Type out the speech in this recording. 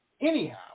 Anyhow